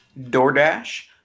DoorDash